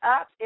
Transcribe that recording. up